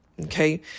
Okay